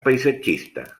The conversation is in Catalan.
paisatgista